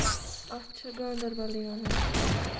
اَتھ چھُ گاندربَلٕے وَنان